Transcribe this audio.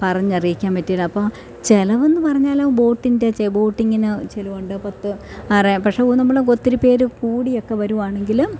പറഞ്ഞ് അറിയിക്കാൻ പറ്റില്ല അപ്പോൾ ചെലവ് എന്ന് പറഞ്ഞാൽ ആ ബോട്ടിൻ്റെ ബോട്ടിങ്ങിന് ചെലവുണ്ട് പത്ത് ആറ് പക്ഷെ നമ്മൾ ഒത്തിരി പേർ കൂടിയൊക്കെ വരുകയാണെങ്കിൽ